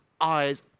eyes